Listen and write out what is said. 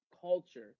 culture